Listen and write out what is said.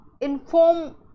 inform